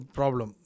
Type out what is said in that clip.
problem